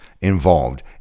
involved